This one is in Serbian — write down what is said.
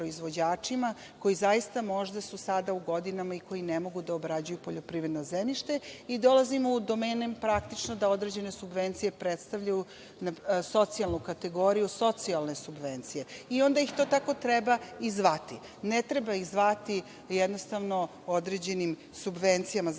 koji su zaista sada možda u godinama i koji ne mogu da obrađuju poljoprivredno zemljište. Dolazimo u domen praktično da određene subvencije predstavljaju socijalnu kategoriju, socijalne subvencije. I onda ih to tako treba i zvati. Ne treba ih zvati jednostavno određenim subvencijama za